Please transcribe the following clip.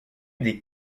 des